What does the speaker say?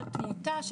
תמותה,